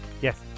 yes